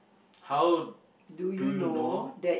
how do you know